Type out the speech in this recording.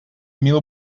mil